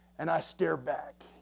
and i stare back,